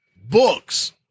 books